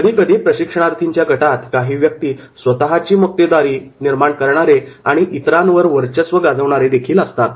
कधीकधी प्रशिक्षणार्थींच्या गटात काही व्यक्ती स्वतःची मक्तेदारी निर्माण करणारे किंवा इतरांवर वर्चस्व गाजवणारेदेखील सहभागी असतात